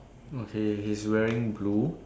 okay he's wearing blue